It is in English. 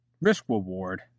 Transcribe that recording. Risk-reward